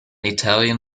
italian